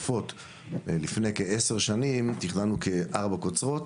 החלופות לפני כעשר שנים, תכננו כארבע קוצרות,